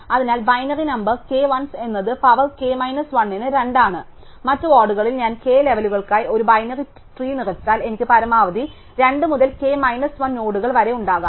അതിനാൽ binary number k 1s എന്നത് power k minus 1 ന് 2 ആണ് മറ്റ് വാർഡുകളിൽ ഞാൻ k ലെവലുകൾക്കായി ഒരു ബൈനറി ട്രീ നിറച്ചാൽ എനിക്ക് പരമാവധി 2 മുതൽ k മൈനസ് 1 നോഡുകൾ വരെ ഉണ്ടാകും